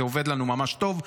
זה עובד לנו ממש טוב,